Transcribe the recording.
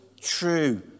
true